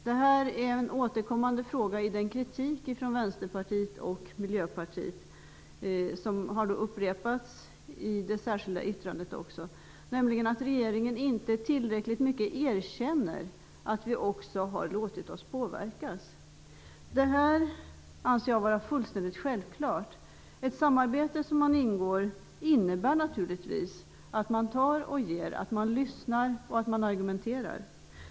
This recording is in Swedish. Detta är en återkommande fråga i den kritik från Vänsterpartiet och Miljöpartiet som också har upprepats i det särskilda yttrandet, nämligen att regeringen inte tillräckligt mycket erkänner att vi också har låtit oss påverkas. Detta anser jag vara fullständigt självklart. Ett samarbete som man ingår innebär naturligtvis att man tar och att man ger, att man lyssnar och att man argumenterar.